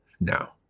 No